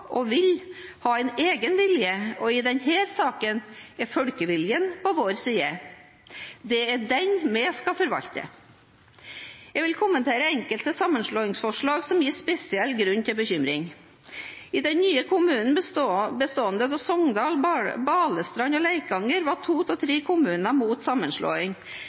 og vil ha en egen vilje, og i denne saken er folkeviljen på vår side. Det er den vi skal forvalte. Jeg vil kommentere enkelte sammenslåingsforslag som gir spesiell grunn til bekymring. I den nye kommunen bestående av Sogndal, Balestrand og Leikanger var to av tre kommuner mot sammenslåing.